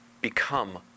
become